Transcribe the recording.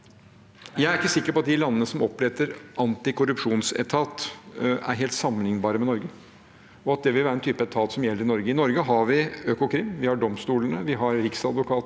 Jeg er ikke sikker på at de landene som oppretter en antikorrupsjonsetat, er helt sammenlignbare med Norge, og at det vil være en type etat som gjelder Norge. I Norge har vi Økokrim, vi har domstolene, vi har Riksadvokaten